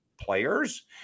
Players